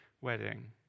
wedding